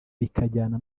bikajyana